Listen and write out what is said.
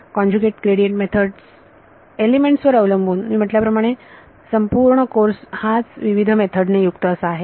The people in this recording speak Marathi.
काँजूगेट ग्रेडियंट मेथडस एलिमेंट्स वर अवलंबून मी म्हटल्याप्रमाणे संपूर्ण कोर्स हाच विविध मेथडस ने युक्त असा आहे